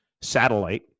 satellite